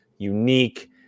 Unique